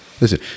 Listen